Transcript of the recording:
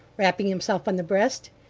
rapping himself on the breast.